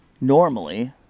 normally